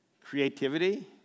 Creativity